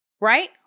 right